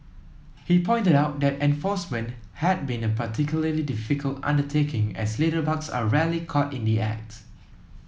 he pointed out that enforcement had been a particularly difficult undertaking as litterbugs are rarely caught in the act